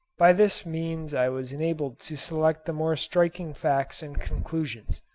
by this means i was enabled to select the more striking facts and conclusions.